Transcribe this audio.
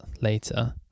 later